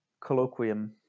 colloquium